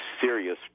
serious